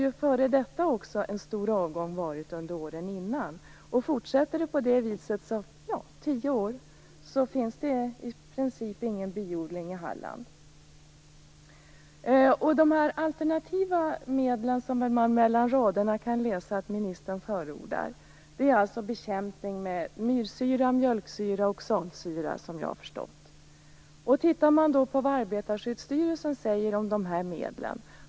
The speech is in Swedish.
Det har också skett en stor avgång åren dessförinnan, och fortsätter det på det viset finns det om säg tio år i princip ingen biodling i Halland. De alternativa metoder som man kan läsa mellan raderna att ministern förordar är bekämpning med myrsyra, mjölksyra och oxalsyra, efter vad jag har förstått. Vi kan titta på vad Arbetarskyddsstyrelsen säger om dessa medel.